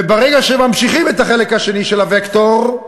וברגע שממשיכים את החלק השני של הווקטור,